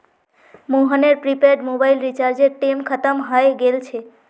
मोहनेर prepaid mobile रीचार्जेर time खत्म हय गेल छे